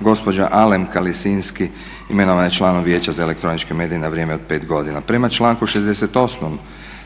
gospođa Alemka Lisinski imenovana je članom Vijeća za elektroničke medije na vrijeme od 5 godina. Prema članku 68.